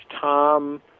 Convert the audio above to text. tom